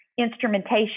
Instrumentation